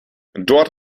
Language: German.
dort